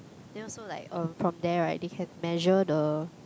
then also like um from there right they can measure the